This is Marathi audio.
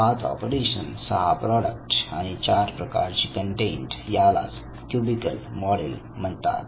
5 ऑपरेशन 6 प्रॉडक्ट आणि 4 प्रकारचे कंटेट यालाच क्युबिक मॉडेल म्हणतात